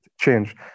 change